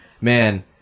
man